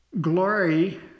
Glory